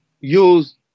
use